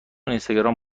اینستاگرام